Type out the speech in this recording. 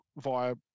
via